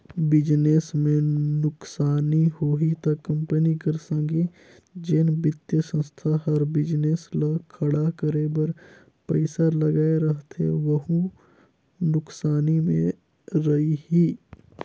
business में नुकसानी होही ता कंपनी कर संघे जेन बित्तीय संस्था हर बिजनेस ल खड़ा करे बर पइसा लगाए रहथे वहूं नुकसानी में रइही